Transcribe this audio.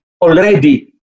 already